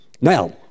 Now